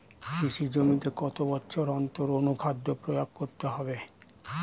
কৃষি জমিতে কত বছর অন্তর অনুখাদ্য প্রয়োগ করতে হবে?